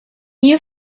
you